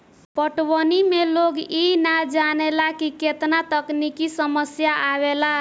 पटवनी में लोग इ ना जानेला की केतना तकनिकी समस्या आवेला